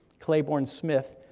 claiborne smith,